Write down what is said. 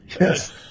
yes